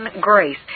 grace